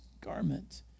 garment